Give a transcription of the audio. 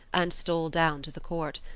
and stole down to the court.